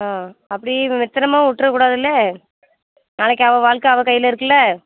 ஆ அப்படி மெத்தனமா விட்றக்கூடாதுல்ல நாளைக்கு அவள் வாழ்க்கை அவள் கையில் இருக்கில்ல